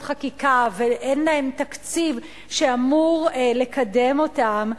חקיקה ואין להן תקציב שאמור לקדם אותן,